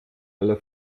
alle